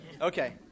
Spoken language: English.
Okay